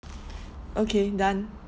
okay done